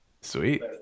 Sweet